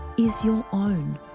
is your own.